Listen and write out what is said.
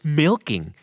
milking